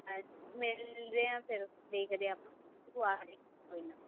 ਅ ਮਿਲਦੇ ਹਾਂ ਫਿਰ ਦੇਖਦੇ ਆਪਾਂ ਤੂੰ ਆਜੀ ਕੋਈ ਨਾ